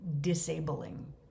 disabling